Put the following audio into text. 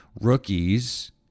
rookies